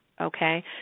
okay